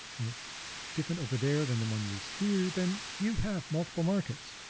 and it's different over there than the one used here, then you have multiple markets.